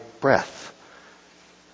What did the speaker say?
breath